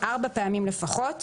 פעמיים לפחות,